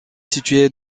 située